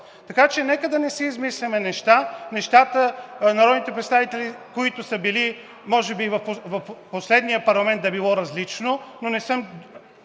така че нека да не си измисляме неща. Народните представители, които са били може би в последния парламент да е било различно, но не съм